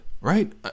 right